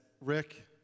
Rick